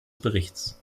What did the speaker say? berichts